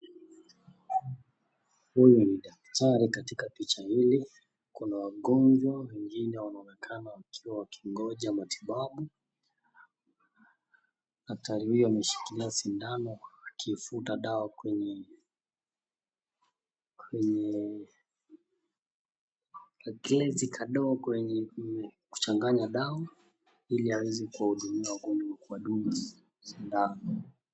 Huyu ni Daktari . Katika Picha hiii Kuna wagojwa , wengine wamekaa wakiwa wakingoja matibabu . Daktari huyo ameshikilia sindano , akivuta dawa kwenye, kwenye klensi kadogo kwenye kuchanga ya dawa Ili aweze kuhudumia wagojwa kwa kuwadunga sindano.